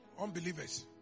unbelievers